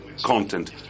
content